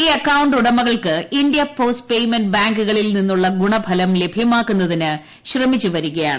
ഈ അക്കൌ ് ഉടമകൾക്ക് ഇന്ത്യ പോസ്റ് പേയ്മെന്റ് ബാങ്കുകളിൽ നിന്നുള്ള ഗുണഫലം ലഭ്യമാക്കുന്നതിന് ശ്രമിച്ചു വരികയാണ്